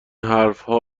حرفها